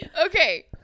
Okay